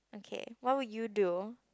okay what would you do